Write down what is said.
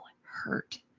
hurt